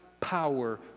power